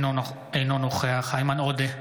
אינו נוכח איימן עודה,